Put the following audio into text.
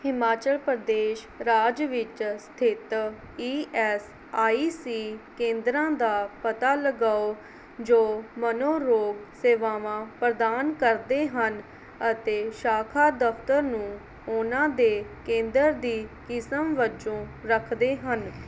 ਹਿਮਾਚਲ ਪ੍ਰਦੇਸ਼ ਰਾਜ ਵਿੱਚ ਸਥਿਤ ਈ ਐੱਸ ਆਈ ਸੀ ਕੇਂਦਰਾਂ ਦਾ ਪਤਾ ਲਗਾਓ ਜੋ ਮਨੋਰੋਗ ਸੇਵਾਵਾਂ ਪ੍ਰਦਾਨ ਕਰਦੇ ਹਨ ਅਤੇ ਸ਼ਾਖਾ ਦਫ਼ਤਰ ਨੂੰ ਉਹਨਾਂ ਦੇ ਕੇਂਦਰ ਦੀ ਕਿਸਮ ਵੱਜੋਂ ਰੱਖਦੇ ਹਨ